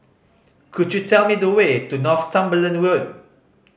could you tell me the way to Northumberland Road